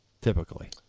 typically